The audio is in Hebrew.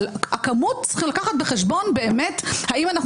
אבל בכמות צריך להביא בחשבון האם אנחנו